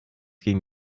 gegen